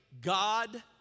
God